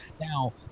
now